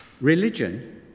Religion